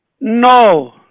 No